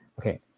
Okay